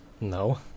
no